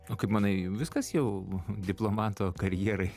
o kaip manai viskas jau diplomato karjerai